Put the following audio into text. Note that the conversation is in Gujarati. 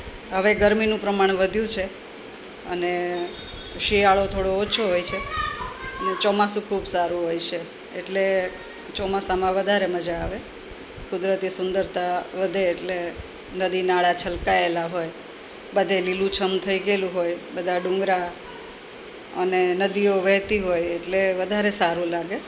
હવે ગરમીનું પ્રમાણ વધ્યું છે અને શિયાળો થોડો ઓછો હોય છે અને ચોમાસું ખૂબ સારું હોય છે એટલે ચોમાસામાં વધારે મજા આવે કુદરતી સુંદરતા વધે એટલે નદી નાળા છલકાયેલા હોય બધે લીલુછમ થઈ ગયેલું હોય બધા ડુંગરા અને નદીઓ વહેતી હોય એટલે વધારે સારું લાગે